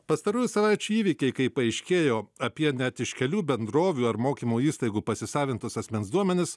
pastarųjų savaičių įvykiai kai paaiškėjo apie net iš kelių bendrovių ar mokymo įstaigų pasisavintus asmens duomenis